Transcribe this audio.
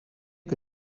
que